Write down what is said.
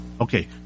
Okay